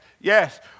Yes